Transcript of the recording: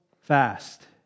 fast